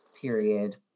period